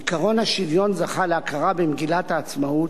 עקרון השוויון זכה להכרה במגילת העצמאות,